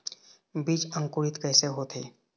बीज अंकुरित कैसे होथे?